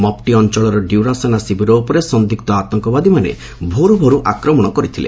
ମଫ୍ଟି ଅଞ୍ଚଳର ଡ୍ୟରା ସେନା ଶିବିର ଉପରେ ସନ୍ଦିଗ୍ର ଆତଙ୍କବାଦୀମାନେ ଭୋରୁ ଭୋରୁ ଆକ୍ରମଣ କରିଥିଲେ